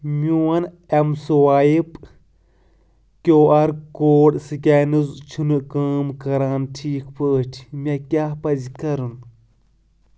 میون اٮ۪م سٕوایِپ کیو آر کوڈ سکینٕز چھُنہٕ کٲم کران ٹھیٖک پٲٹھۍ مےٚ کیٛاہ پزِ کرُن